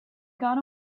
gone